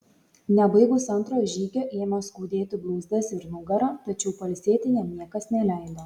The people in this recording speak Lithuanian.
nebaigus antro žygio ėmė skaudėti blauzdas ir nugarą tačiau pailsėti jam niekas neleido